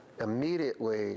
immediately